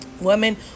women